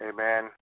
Amen